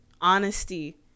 honesty